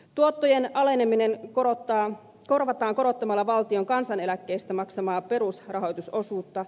tuottojen aleneminen korvataan korottamalla valtion kansaneläkkeistä maksamaa perusrahoitusosuutta